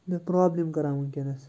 مےٚ پرٛابلِم کَران وٕنۍکٮ۪نَس